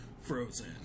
frozen